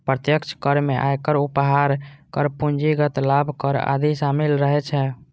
प्रत्यक्ष कर मे आयकर, उपहार कर, पूंजीगत लाभ कर आदि शामिल रहै छै